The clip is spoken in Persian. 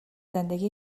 زندگی